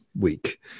week